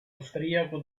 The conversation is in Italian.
austriaco